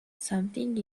something